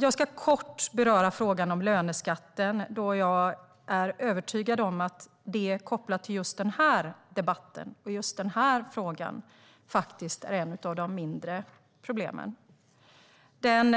Jag ska kort beröra frågan om löneskatten, då jag är övertygad om att det kopplat till just den här debatten och just den här frågan faktiskt är ett av de mindre problemen. Den